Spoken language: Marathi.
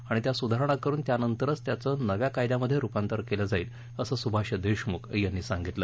आणि त्यात सुधारणा करुन त्यानंतरच त्याचं नव्या कायद्यामध्ये रुपांतर केलं जाईल असं सुभाष देशमुख यांनी सांगितलं